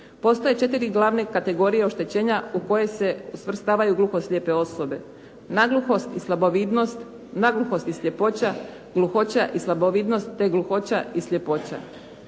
Postoje četiri glavne kategorije oštećenja u koje se svrstavaju gluho-slijepe osobe, nagluhost i slabovidnost, nagluhost i sljepoća, gluhoća i slabovidnost te gluhoća i sljepoća.